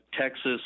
Texas